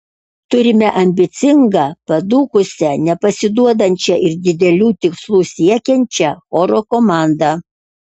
turime ambicingą padūkusią nepasiduodančią ir didelių tikslų siekiančią choro komandą